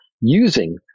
using